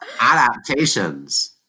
Adaptations